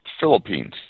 Philippines